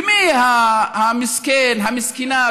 ומי המסכן, המסכנה?